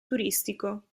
turistico